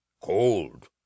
cold